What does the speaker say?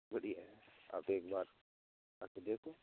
बढ़िया है आप एक बार आकर देखो